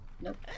Nope